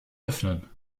öffnen